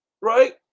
right